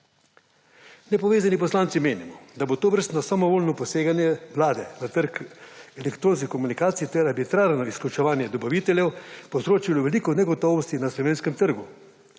Nepovezani poslanci menimo, da bo tovrstno samovoljno poseganje vlade na trg elektronskih komunikacij ter arbitrarno izključevanje dobaviteljev povzročilo veliko negotovosti na slovenskem trgu.